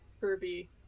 Kirby